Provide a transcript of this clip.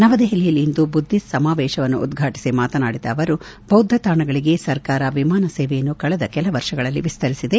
ನವದೆಹಲಿಯಲ್ಲಿಂದು ಬುದ್ಲಿಸ್ಟ್ ಸಮಾವೇಶವನ್ನು ಉದ್ವಾಟಿಸಿ ಮಾತನಾಡಿದ ಅವರು ಬೌದ್ದ ತಾಣಗಳಿಗೆ ಸರ್ಕಾರ ವಿಮಾನ ಸೇವೆಯನ್ನು ಕಳೆದ ಕೆಲ ವರ್ಷಗಳಲ್ಲಿ ವಿಸ್ತರಿಸಿದೆ